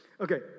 Okay